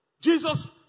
Jesus